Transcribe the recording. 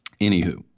Anywho